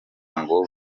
ngo